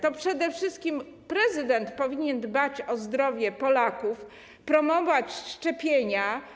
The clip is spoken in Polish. To przede wszystkim prezydent powinien dbać o zdrowie Polaków, promować szczepienia.